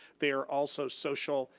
they are also social,